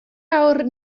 awr